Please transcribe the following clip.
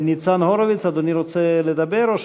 ניצן הורוביץ, אדוני רוצה לדבר או שמוותר?